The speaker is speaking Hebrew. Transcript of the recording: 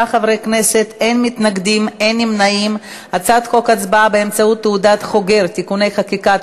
את הצעת חוק הצבעה באמצעות תעודת חוגר (תיקוני חקיקה),